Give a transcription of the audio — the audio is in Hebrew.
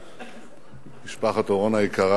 תודה, משפחת אורון היקרה